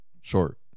Short